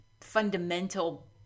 fundamental